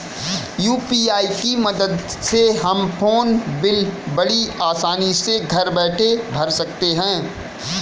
UPI की मदद से हम फ़ोन बिल बड़ी आसानी से घर बैठे भर सकते हैं